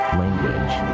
language